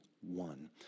one